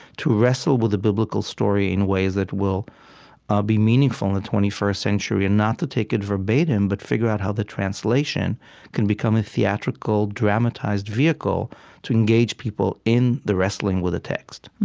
to wrestle with the biblical story in ways that will be meaningful in the twenty first century and not to take it verbatim but figure out how the translation can become a theatrical, dramatized vehicle to engage people in the wrestling with the text